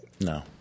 No